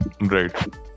Right